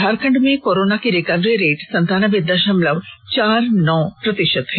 झारखंड में कोरोना की recovery rate सनतानबे दशमलव चार नौ प्रतिशत है